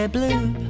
Blue